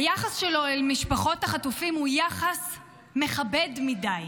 היחס שלו למשפחות החטופים הוא יחס מכבד מדי,